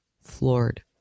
floored